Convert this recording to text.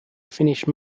finished